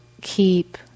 keep